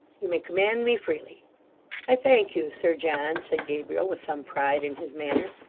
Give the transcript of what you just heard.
you may command me freely i thank you, sir john said gabriel, with some pride in his manner,